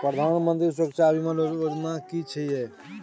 प्रधानमंत्री सुरक्षा बीमा योजना कि छिए?